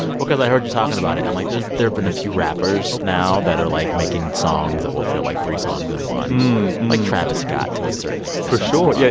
because i heard you talking about it, and, like, there have been a few rappers now that are, like, making songs that will feel like three songs in one, like travis scott, to a certain extent for sure. yeah,